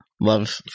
love